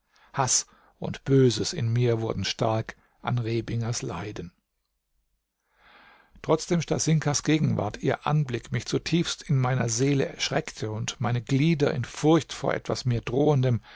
haß und böses in mir wurden stark an rebingers leiden trotzdem stasinkas gegenwart ihr anblick mich zutiefst in meiner seele schreckte und meine glieder in furcht vor etwas mir drohendem